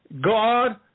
God